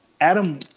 Adam